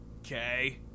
Okay